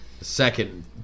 second